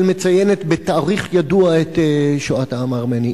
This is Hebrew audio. מציינת בתאריך ידוע את שואת העם הארמני.